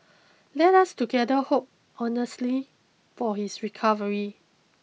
let us together hope earnestly for his recovery